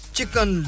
Chicken